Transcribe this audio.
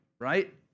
right